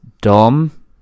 Dom